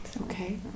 Okay